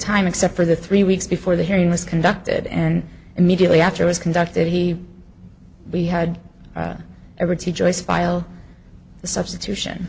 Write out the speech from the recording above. time except for the three weeks before the hearing was conducted and immediately after was conducted he we had ever to joyce file the substitution